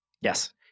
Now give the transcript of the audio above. Yes